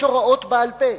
יש הוראות בעל-פה